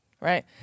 right